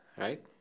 right